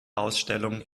ausstellung